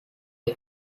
der